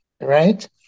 right